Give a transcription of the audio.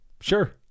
sure